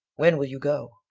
when will you go?